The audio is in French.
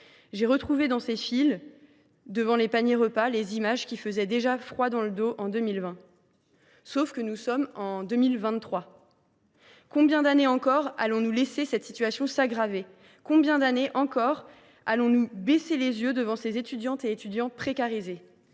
J’ai retrouvé dans ces files, devant des paniers repas, les images qui faisaient déjà froid dans le dos en 2020, mais nous sommes fin 2023 ! Combien d’années encore laisserons nous cette situation s’aggraver ? Combien d’années encore baisserons nous les yeux devant ces étudiants précarisés ?